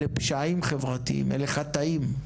אלה פשעים חברתיים, אלה חטאים.